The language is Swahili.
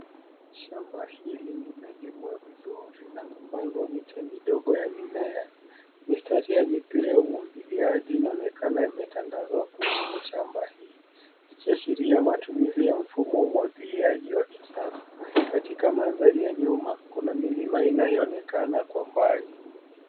Shamba hili limelimwa vizuri na kupandwa miche midogo ya mimea. Mistari ya mipira ya umwagiliaji inaonekana imetandazwa kwenye shamba hii, ikiashiria matumizi ya mfumo wa umwagiliaji wa kisasa. Katika mandhari ya nyuma, kuna milima inayoonekana kwa mbali.